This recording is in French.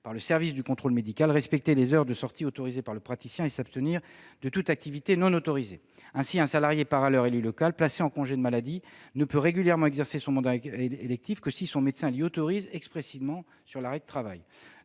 par le service du contrôle médical, respecter les heures de sorties autorisées par le praticien et s'abstenir de toute activité non autorisée. Ainsi, un salarié, par ailleurs élu local, placé en congé de maladie ne peut régulièrement exercer son mandat électif que si son médecin l'y autorise expressément sur l'arrêt de travail.